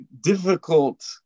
difficult